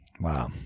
Wow